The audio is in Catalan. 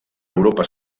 europa